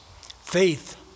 Faith